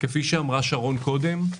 כפי שאמרה שרון קודם,